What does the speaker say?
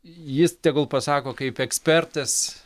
jis tegul pasako kaip ekspertas